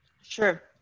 Sure